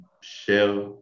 share